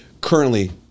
currently